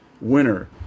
winner